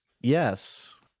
yes